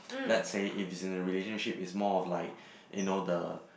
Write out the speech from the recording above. let's say if it's in a relationship is more of like you know the